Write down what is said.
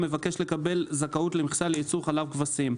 המבקש לקבל זכאות למכסה לייצור חלב כבשים,